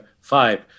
five